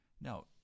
Now